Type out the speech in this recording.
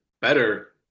better